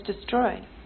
destroyed